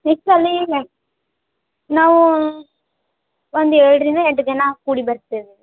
next ಅಲ್ಲಿಗೆ ನಾವು ಒಂದು ಏಳರಿಂದ ಎಂಟು ಜನ ಕೂಡಿ ಬರ್ತೇವೆ